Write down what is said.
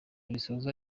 risoza